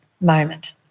moment